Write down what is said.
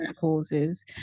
causes